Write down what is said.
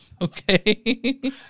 Okay